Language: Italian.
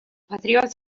patriota